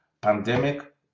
pandemic